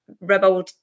Rebel